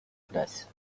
glace